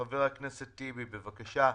חבר הכנסת טיבי, בבקשה.